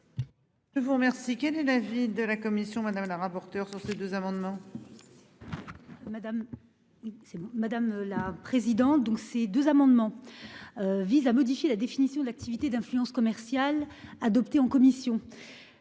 Je vous remercie qu'quel est l'avis de la commission, madame la rapporteur sur ces deux amendements. Madame. C'est madame la présidente. Donc ces deux amendements. Visent à modifier la définition de l'activité d'influence commerciale. Adopté en commission.